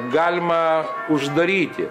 galima uždaryti